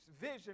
Vision